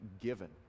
given